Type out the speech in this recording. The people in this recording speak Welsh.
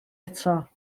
eto